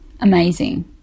amazing